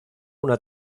una